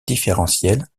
différentielle